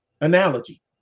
analogy